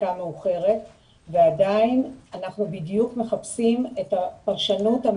ועדה --- אבל יש מנהג או פרקטיקה?